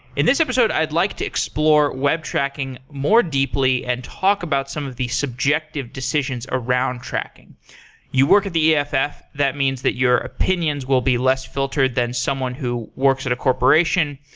in this episode, i'd like to explore web tracking more deeply and talk about some of the subjective decisions around tracking you work at the eff, that means that your opinions will be less filtered than someone who works at a corporation.